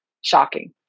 Shocking